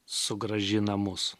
sugrąžina mus